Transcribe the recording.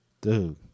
Dude